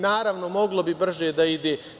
Naravno, moglo bi brže da ide.